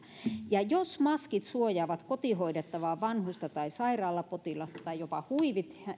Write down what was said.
ja jos maskit suojaavat kotihoidettavaa vanhusta tai sairaalapotilasta tai jopa huivit